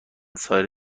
سایر